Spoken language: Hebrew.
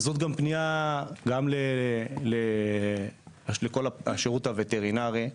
וזו גם פניה לכל השירות הווטרינרי,